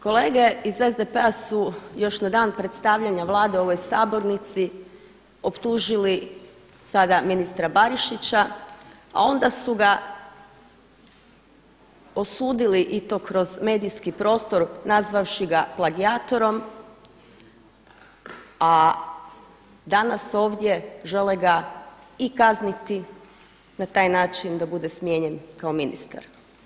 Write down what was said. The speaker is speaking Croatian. Kolege iz SDP-a su još na dan predstavljanja Vlade u ovoj Sabornici optužili sada ministra Barišića a onda su ga osudili i to kroz medijski prostor nazvavši ga plagijatorom a danas ovdje žele ga i kazniti na taj način da bude smijenjen kao ministar.